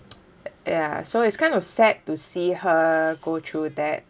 ya so it's kind of sad to see her go through that